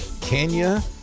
kenya